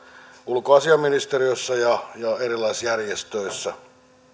ulkoasiainministeriössä ja erilaisissa järjestöissä